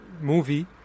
movie